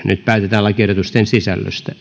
nyt päätetään lakiehdotusten sisällöstä